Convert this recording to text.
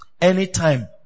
Anytime